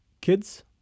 kids